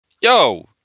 Yo